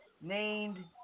named